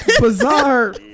bizarre